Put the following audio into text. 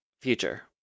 Future